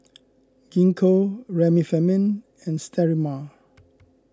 Gingko Remifemin and Sterimar